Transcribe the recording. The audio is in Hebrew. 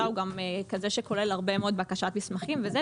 הוא גם כזה שכולל הרבה מאוד בקשת מסמכים וזה,